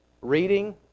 Reading